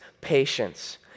patience